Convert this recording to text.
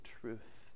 truth